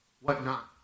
whatnot